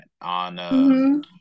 on